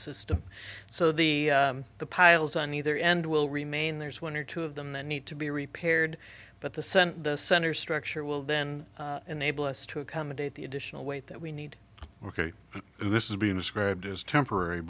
system so the the piles on either end will remain there's one or two of them that need to be repaired but the sun the center structure will then enable us to accommodate the additional weight that we need ok this is being described as temporary